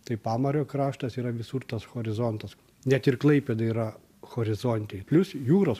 tai pamario kraštas yra visur tas horizontas net ir klaipėda yra horizonte i plius jūros